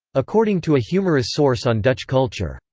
according to a humorous source on dutch culture,